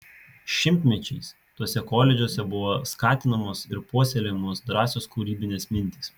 šimtmečiais tuose koledžuose buvo skatinamos ir puoselėjamos drąsios kūrybinės mintys